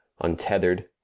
untethered